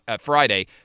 Friday